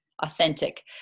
authentic